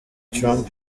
trump